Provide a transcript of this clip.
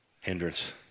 Hindrance